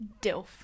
Dilf